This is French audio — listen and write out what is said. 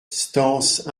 stances